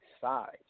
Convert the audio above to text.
sides